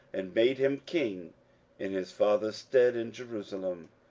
and made him king in his father's stead in jerusalem.